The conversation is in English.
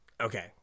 okay